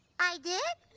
i did?